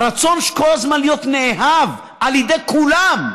הרצון כל הזמן להיות נאהב על ידי כולם,